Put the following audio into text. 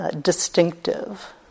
Distinctive